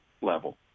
level